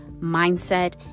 mindset